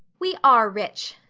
we are rich,